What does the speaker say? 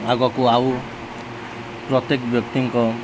ଆଗକୁ ଆଉ ପ୍ରତ୍ୟେକ ବ୍ୟକ୍ତିଙ୍କ